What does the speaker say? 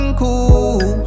cool